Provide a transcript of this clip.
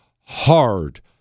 hard